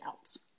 else